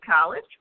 College